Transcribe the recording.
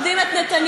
מכבדים את נתניהו,